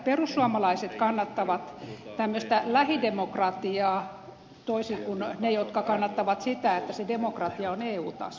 perussuomalaiset kannattavat lähidemokratiaa toisin kuin ne jotka kannattavat sitä että se demokratia on eu tasolla